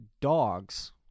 dogs